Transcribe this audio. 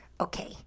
Okay